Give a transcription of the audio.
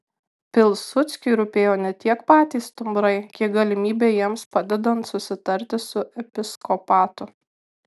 pilsudskiui rūpėjo ne tiek patys stumbrai kiek galimybė jiems padedant susitarti su episkopatu